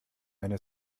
eine